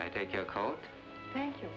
i take your coat thank you